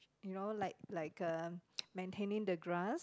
you know like like uh maintaining the grass